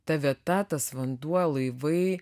ta vieta tas vanduo laivai